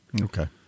okay